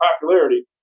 popularity